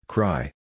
Cry